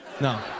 No